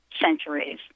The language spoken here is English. centuries